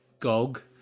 GOG